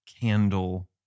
candle